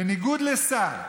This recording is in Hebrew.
בניגוד לשר,